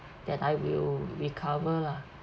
that I will recover lah